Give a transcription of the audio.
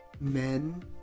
men